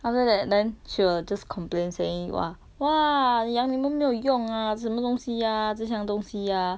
after that then she will just complain saying !wah! !wah! 养你们没有用啊什么东西呀这些东西呀